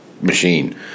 machine